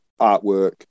artwork